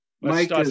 Mike